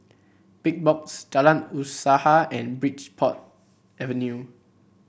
Big Box Jalan Usaha and Bridport Avenue